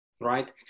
right